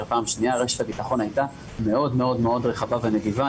השנייה רשת הביטחון הייתה מאוד-מאוד רחבה ונדיבה.